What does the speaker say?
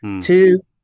Two